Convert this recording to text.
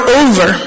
over